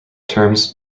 terms